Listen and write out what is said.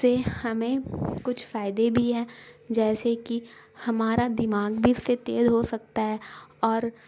سے ہمیں کچھ فائدے بھی ہیں جیسے کہ ہمارا دماغ بھی اس سے تیز ہو سکتا ہے اور